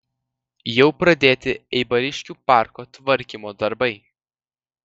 jau pradėti eibariškių parko tvarkymo darbai